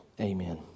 Amen